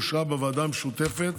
אושרה בוועדה משותפת